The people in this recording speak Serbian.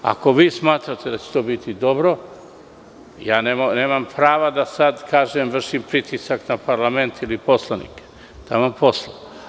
Ako vi smatrate da će to biti dobro, ja nemam prava da sada vršim pritisak na parlament ili poslanike, taman posla.